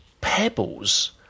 pebbles